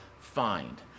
find